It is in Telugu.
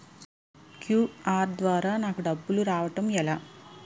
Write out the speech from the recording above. క్యు.ఆర్ ద్వారా నాకు డబ్బులు రావడం ఎలా?